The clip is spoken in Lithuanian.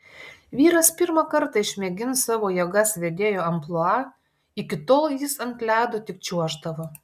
vyras pirmą kartą išmėgins savo jėgas vedėjo amplua iki tol jis ant ledo tik čiuoždavo